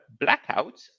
blackouts